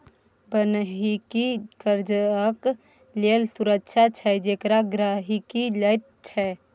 बन्हकी कर्जाक लेल सुरक्षा छै जेकरा गहिंकी लैत छै